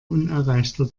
unerreichter